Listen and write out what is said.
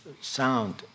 sound